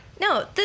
No